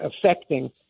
affecting